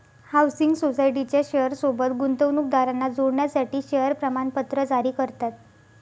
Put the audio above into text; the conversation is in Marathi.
हाउसिंग सोसायटीच्या शेयर सोबत गुंतवणूकदारांना जोडण्यासाठी शेअर प्रमाणपत्र जारी करतात